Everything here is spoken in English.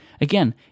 Again